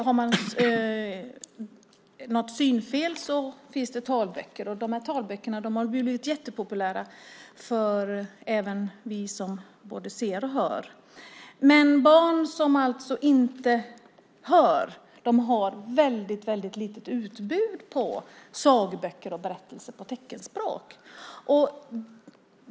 Har man något synfel finns det talböcker. De talböckerna har blivit jättepopulära även bland oss som både ser och hör. Men barn som inte hör har väldigt lite utbud av sagoböcker och berättelser på teckenspråk.